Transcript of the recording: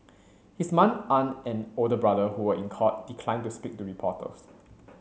his aunt and older brother who were in court declined to speak to reporters